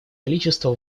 количество